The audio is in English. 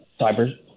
cyber